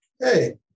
hey